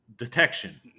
Detection